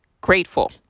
Grateful